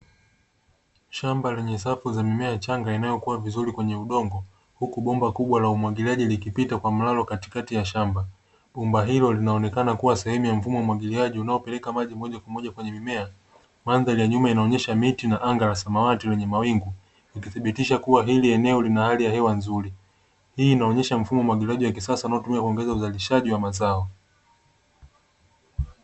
Shamba lenye sapu za mimea changa inayokuwa vizuri kwenye udongo, huku bomba kubwa la umwagiliaji likipita kwa mlalo katikati ya shamba, bomba hilo linaonekana kuwa sehemu ya mfumo wa umwagiliaji unaopeleka maji moja kwa moja kwenye mimea, mandhari ya nyuma inaonyesha miti na anga la samawati lenye mawingu ikithibitisha kuwa hili eneo lina hali ya hewa nzuri, hii inaonyesha mfumo wa umwagiliaji wa kisasa unaotumia kuongeza uzalishaji wa mazao.